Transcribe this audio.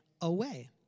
away